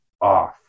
off